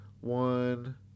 one